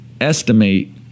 estimate